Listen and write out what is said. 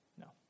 No